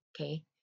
okay